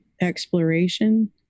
exploration